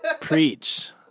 Preach